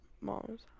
mom's